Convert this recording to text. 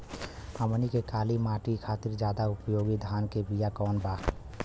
हमनी के काली माटी खातिर ज्यादा उपयोगी धान के बिया कवन बा?